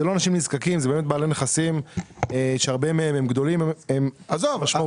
אלה בעלי נכסים שהרבה מהם הם גדולים ומשמעותיים.